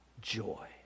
joy